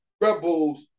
Rebels